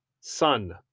Sun